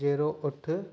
जहिड़ो उठ